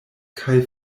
kaj